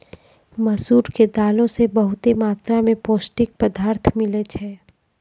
मसूर के दालो से बहुते मात्रा मे पौष्टिक पदार्थ मिलै छै